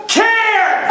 care